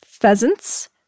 pheasants